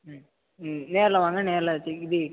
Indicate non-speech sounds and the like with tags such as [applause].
ம் ம் நேரில் வாங்க நேரில் [unintelligible] இது